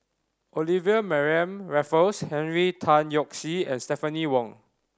Olivia Mariamne Raffles Henry Tan Yoke See and Stephanie Wong